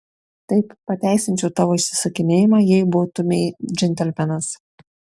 taip pateisinčiau tavo išsisukinėjimą jei būtumei džentelmenas